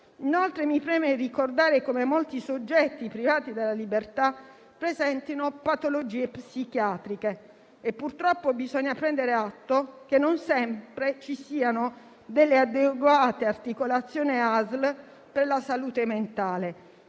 Inoltre, mi preme ricordare come molti soggetti privati della libertà presentino patologie psichiatriche, e purtroppo bisogna prendere atto che non sempre ci sono adeguate articolazione ASL per la salute mentale.